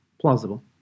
Plausible